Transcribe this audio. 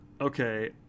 Okay